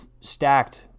stacked